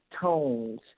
tones